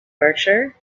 berkshire